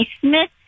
Smith